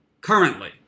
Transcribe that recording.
Currently